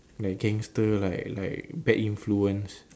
like gangster like like bad influence